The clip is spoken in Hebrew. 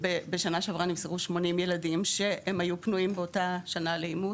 בשנה שעברה נמסרו 80 ילדים שהיו פנויים באותה שנה לאימוץ.